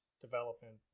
development